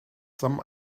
some